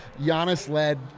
Giannis-led